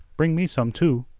bring me some, too.